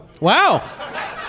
Wow